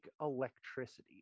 electricity